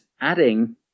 adding